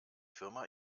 firma